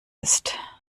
ist